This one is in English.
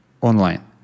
online